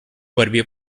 борьбе